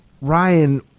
Ryan